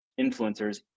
influencers